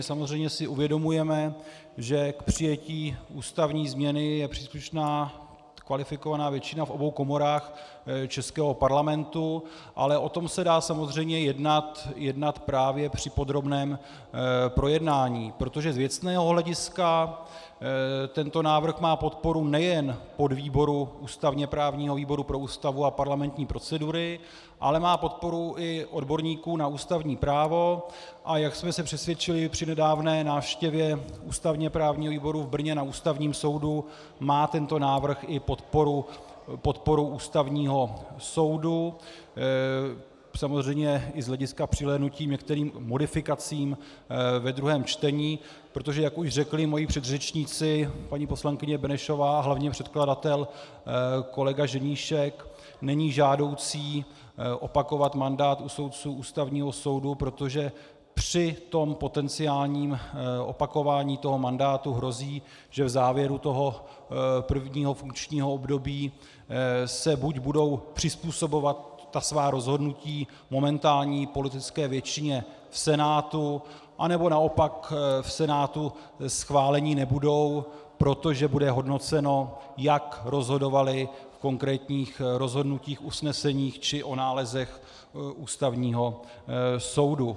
Samozřejmě si uvědomujeme, že k přijetí ústavní změny je příslušná kvalifikovaná většina v obou komorách českého Parlamentu, ale o tom se dá samozřejmě jednat právě při podrobném projednání, protože z věcného hlediska tento návrh má podporu nejen v podvýboru ústavněprávního výboru pro Ústavu a parlamentní procedury, ale má podporu i odborníků na ústavní právo, a jak jsme se přesvědčili při nedávné návštěvě ústavněprávního výboru v Brně na Ústavním soudu, má tento návrh i podporu Ústavního soudu samozřejmě i s přihlédnutím k některým modifikacím ve druhém čtení, protože jak už řekli moji předřečníci, paní poslankyně Benešová a hlavní předkladatel kolega Ženíšek, není žádoucí opakovat mandát u soudců Ústavního soudu, protože při tom potenciálním opakování mandátu hrozí, že v závěru prvního funkčního období buď budou přizpůsobovat svá rozhodnutí momentální politické většině v Senátu, nebo naopak, v Senátu schváleni nebudou, protože bude hodnoceno, jak rozhodovali v konkrétních rozhodnutích, usneseních či o nálezech Ústavního soudu.